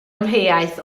amheuaeth